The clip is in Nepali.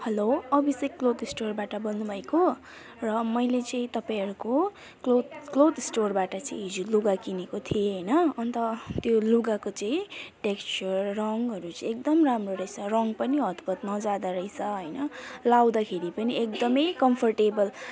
हेलो अविषेक क्लोथ स्टोरबाट बोल्नु भएको र मैले चाहिँ तपाईँहरूको क्लोथ क्लोथ स्टोरबाट चाहिँ हिजो लुगा किनेको थिएँ होइन अन्त त्यो लुगाकोचाहिँ टेक्सचर रङहरू चाहिँ एकदम राम्रो रहेछ रङ पनि हतपत नजाँदोरहेछ होइन लाउँदाखेरि पनि एकदमै कम्फोर्टेबल